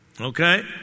Okay